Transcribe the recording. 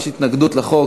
יש התנגדות לחוק.